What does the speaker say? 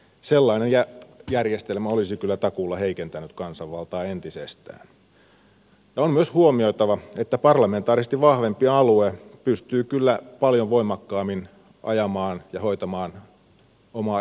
sellainen järjestelmä olisi kyllä takuulla heikentänyt kansanvaltaa entisestään ja on myös huomioitava että parlamentaarisesti vahvempi alue pystyy kyllä paljon voimakkaammin ajamaan ja hoitamaan omaa edunvalvontaansa